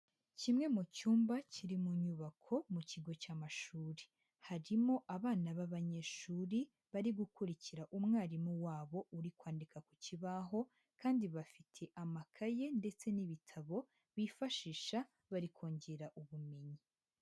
Kimwe mu cyumba kiri mu nyubako mu kigo cy'amashuri, harimo abana b'abanyeshuri bari gukurikira umwarimu wabo uri kwandika ku kibaho kandi bafite amakaye ndetse n'ibitabo bifashisha bari kongera ubumenyi.